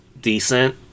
decent